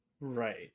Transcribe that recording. Right